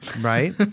right